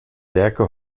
werke